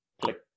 click